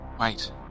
Wait